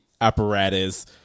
apparatus